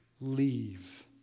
Leave